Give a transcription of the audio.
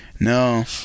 No